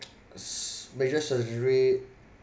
s~ major surgery